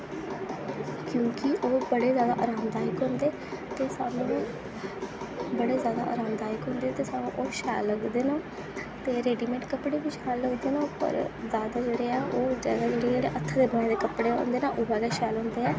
क्योंकि ओह् बड़े जैदा आराम दायक होंदे ते सानूं बड़े जैदा आराम दायक होंदे ते समां ओह् शैल लगदे न ते रैडीमेड कपड़े बी शैल लगदे न पर जैदा जेह्ड़े ऐ ओह् हत्थें दे बनाए दे कपड़े होंदे न उऐ शैल लगदे न